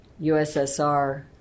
USSR